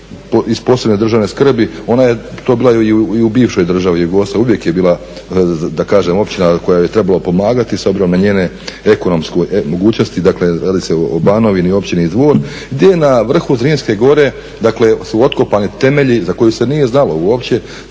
općine iz PPDS-a, ona je to bila i u bivšoj državi Jugoslaviji. Uvijek je bila općina kojoj je trebalo pomagati s obzirom na njene ekonomske mogućnosti. Dakle radi se o Banovini, općini Dvor gdje na vrhu Zrinske gore su otkopani temelji za koje se nije znalo uopće,